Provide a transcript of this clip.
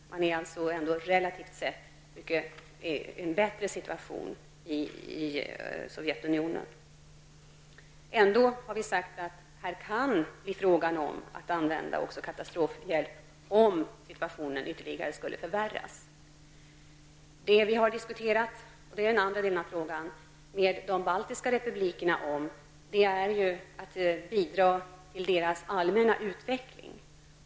Sovjetunionen befinner sig alltså i en relativt sett bättre situation. Om situationen ytterligare skulle förvärras kan det ändå bli fråga om att använda katastrofhjälp. Den andra aspekten är att vi har diskuterat med de baltiska republikerna om att lämna bidrag till deras allmänna utveckling.